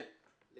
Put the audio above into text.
אני